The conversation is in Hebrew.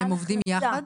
והם עובדים יחד?